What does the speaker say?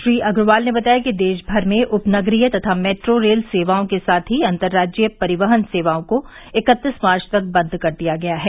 श्री अग्रवाल ने बताया कि देशभर में उप नगरीय तथा मेट्रो रेल सेवाओं के साथ ही अंतरराज्यीय परिवहन सेवाओं को इकत्तीस मार्च तक बंद कर दिया गया है